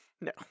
No